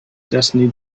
destiny